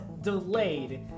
delayed